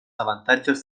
avantatges